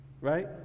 right